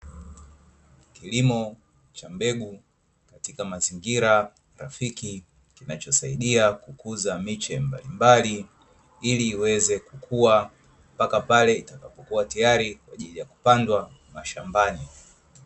Kilimo cha mbegu katika mazingira rafiki, kinachosaidia kukuza miche mbalimbali, ili iweze kukua mpaka pale itakapokua tayari kwa ajili ya kupandwa mashambani.